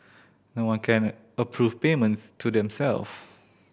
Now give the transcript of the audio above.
no one can approve payments to them self